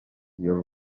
your